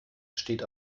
steht